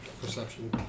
perception